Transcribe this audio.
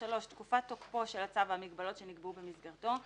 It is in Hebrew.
(3)תקופת תוקפו של הצו והמגבלות שנקבעו במסגרתו,